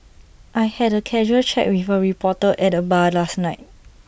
I had A casual chat with A reporter at the bar last night